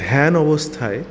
ধ্যান অবস্থায়